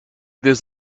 this